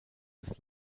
des